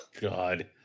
God